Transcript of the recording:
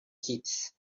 kids